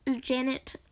janet